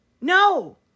no